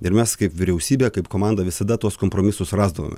ir mes kaip vyriausybė kaip komanda visada tuos kompromisus rasdavome